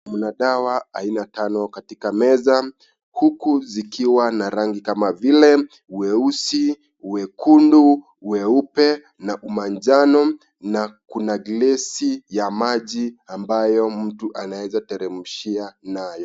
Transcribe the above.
Mna dawa aina tano katika meza huku zikiwa na rangi kama vile weusi, wekundu, weupe na umanjano na kuna glesi ya maji ambayo mtu anaezateremshia nayo.